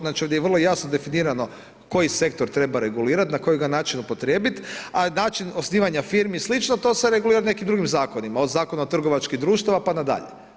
Znači ovdje je vrlo jasno definirano koji sektor treba regulirati, na koji ga način upotrijebiti a način osnivanja i slično to se regulira nekim drugim zakonima od Zakona o trgovačkih društava pa na dalje.